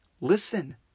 listen